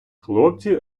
хлопці